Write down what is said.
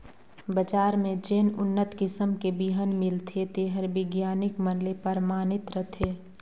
बजार में जेन उन्नत किसम के बिहन मिलथे तेहर बिग्यानिक मन ले परमानित रथे